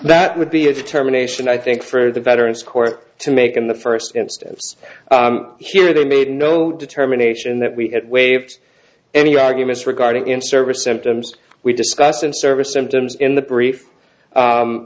that would be a determination i think for the veterans court to make in the first instance here they made no determination that we had waived any arguments regarding in service symptoms we discussed in service symptoms in the brief